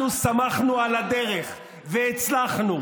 אנחנו סמכנו על הדרך והצלחנו.